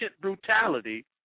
brutality